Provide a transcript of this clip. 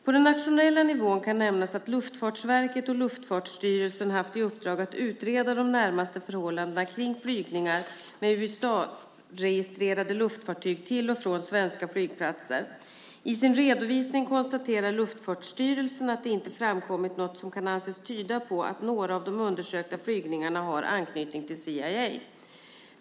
På den nationella nivån kan nämnas att Luftfartsverket och Luftfartsstyrelsen haft i uppdrag att utreda de närmare förhållandena kring flygningar med USA-registrerade luftfartyg till och från svenska flygplatser. I sin redovisning konstaterar Luftfartsstyrelsen att det inte framkommit något som kan anses tyda på att några av de undersökta flygningarna har anknytning till CIA.